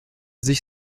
sich